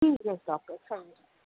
ٹھیک ہے ڈاکٹر سلام علیکم